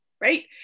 right